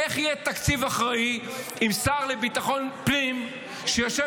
איך יהיה תקציב אחראי עם שר לביטחון פנים שיושב